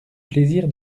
plaisir